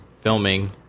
Filming